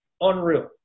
unreal